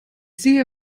sehe